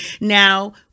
Now